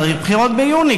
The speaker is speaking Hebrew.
צריך בחירות ביוני,